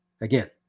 Again